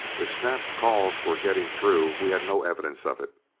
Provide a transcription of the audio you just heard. if snap's calls were getting through we had no evidence of it.